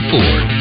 Ford